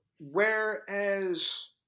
Whereas